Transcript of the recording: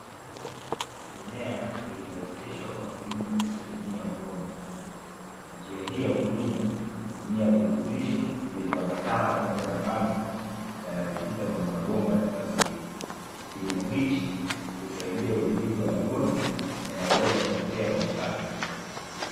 Mimea iliooteshwa kwa kilimo kisichotumia udongo, njia hii ya ukulima hutumia virutubisho vilivyoambatana pamoja na maji yanayopita kwenye mabomba ya plastiki , kilimo hichi kusaidia udhibiti wa magonjwa yanayoweza kutokea kwenye ardhi.